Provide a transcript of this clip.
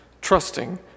trusting